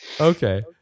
Okay